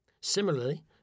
Similarly